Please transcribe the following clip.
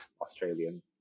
australian